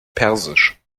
persisch